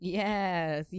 yes